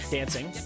dancing